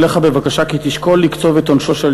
אני פונה אליך בבקשה כי תשקול לקצוב את עונשו של